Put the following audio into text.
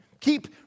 Keep